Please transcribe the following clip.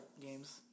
games